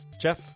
Jeff